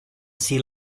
sea